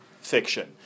fiction